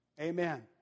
Amen